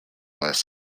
less